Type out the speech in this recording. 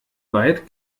weit